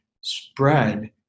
spread